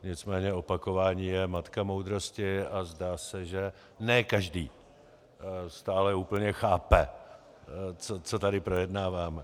Nicméně opakování je matka moudrosti a zdá se, že ne každý stále úplně chápe, co tady projednáváme.